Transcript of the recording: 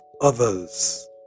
others